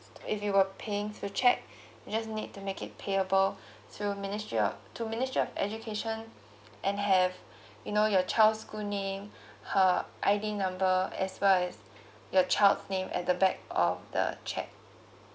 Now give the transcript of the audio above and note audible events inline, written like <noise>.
if you were paying through check <breath> you just need to make it payable <breath> to ministry of to ministry of education and have <breath> you know your child's school name <breath> her I_D number as well as <breath> your child's name at the back of the check